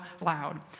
loud